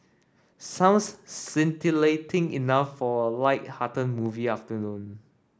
sounds scintillating enough for a light hearted movie afternoon